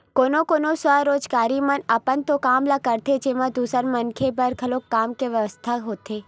कोनो कोनो स्वरोजगारी मन अपन तो काम ल करथे जेमा दूसर मनखे बर घलो काम के बेवस्था होथे